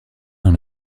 dans